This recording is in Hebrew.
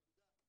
נקודה.